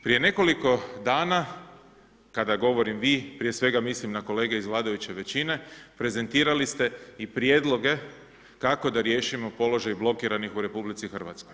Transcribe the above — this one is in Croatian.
Prije nekoliko dana kada govorim vi, prije svega mislim na kolege iz vladajuće većine, prezentirali ste i prijedloge kako da riješimo položaj blokiranih u RH.